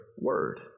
word